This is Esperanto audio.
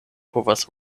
povas